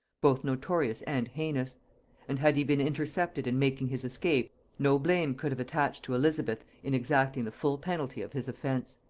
both notorious and heinous and had he been intercepted in making his escape, no blame could have attached to elizabeth in exacting the full penalty of his offence.